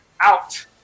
out